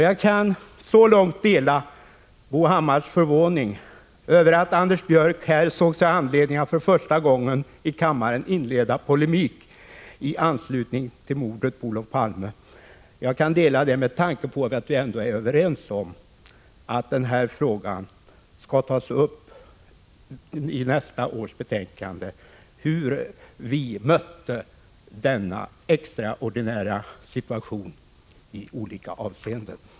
Jag kan dela Bo Hammars förvåning över att Anders Björck här såg sig ha anledning att för första gången i kammaren inleda polemik i anslutning till mordet på Olof Palme, med tanke på att vi ändå är överens om att i nästa års betänkande ta upp frågan om hur vi mötte denna extraordinära situation i olika avseenden.